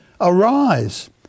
arise